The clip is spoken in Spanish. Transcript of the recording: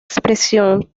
expresión